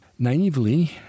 Naively